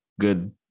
good